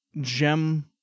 Gem